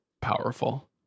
powerful